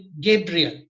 Gabriel